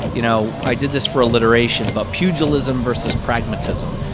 you know i did this for alliteration, but pugilism versus pragmatism.